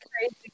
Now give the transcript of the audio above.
crazy